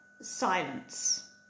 Silence